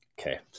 Okay